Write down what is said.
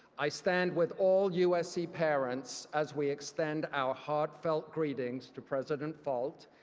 i stand with all usc parents as we extend our heartfelt greetings to president folt,